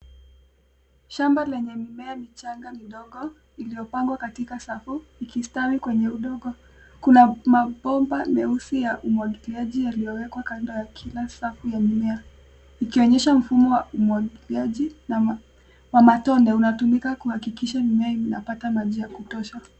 Shamba lenye mimea michanga midogo iliyopangwa katika safu ikistawi kwenye udongo. Kuna mabomba meusi ya umwagiliaji yaliyowekwa kando ya kila safu ya mimea ikionyesha mfumo wa umwagiliaji wa matone. Inatumika kuhakikisha mimea inapata majivya kutosha.